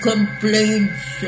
complaints